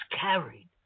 carried